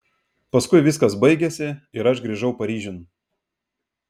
paskui viskas baigėsi ir aš grįžau paryžiun